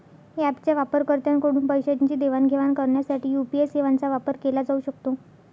ऍपच्या वापरकर्त्यांकडून पैशांची देवाणघेवाण करण्यासाठी यू.पी.आय सेवांचा वापर केला जाऊ शकतो